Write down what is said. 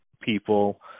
people